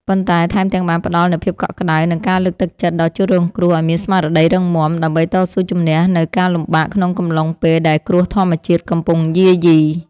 ប៉ុន្តែថែមទាំងបានផ្ដល់នូវភាពកក់ក្ដៅ និងការលើកទឹកចិត្តដល់ជនរងគ្រោះឱ្យមានស្មារតីរឹងមាំ ដើម្បីតស៊ូជម្នះនូវការលំបាកក្នុងកំឡុងពេលដែលគ្រោះធម្មជាតិកំពុងយាយី។